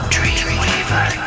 Dreamweaver